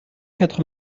quatre